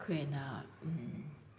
ꯑꯩꯈꯣꯏꯅ